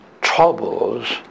troubles